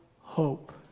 hope